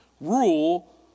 rule